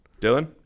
Dylan